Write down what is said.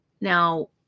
Now